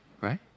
Right